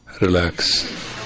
Relax